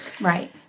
right